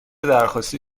درخواستی